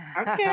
okay